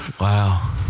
Wow